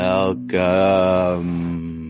Welcome